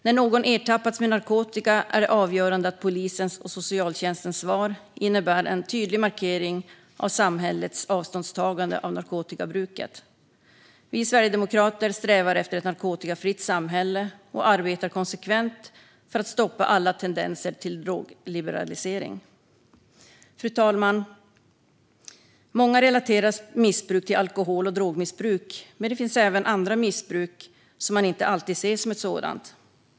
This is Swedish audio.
När någon ertappats med narkotika är det avgörande att polisens och socialtjänstens svar innebär en tydlig markering av samhällets avståndstagande av narkotikabruket. Vi sverigedemokrater strävar efter ett narkotikafritt samhälle och arbetar konsekvent för att stoppa alla tendenser till drogliberalisering. Fru talman! Många relaterar missbruk till alkohol och drogmissbruk, men det finns även andra missbruk som inte alltid ses som ett sådant.